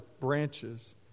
branches